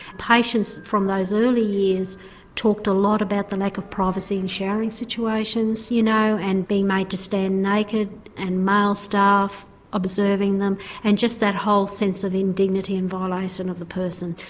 patients from those early years talked a lot about the lack like of privacy in showering situations, you know, and being made to stand naked and male staff observing them and just that whole sense of indignity and violation of the person.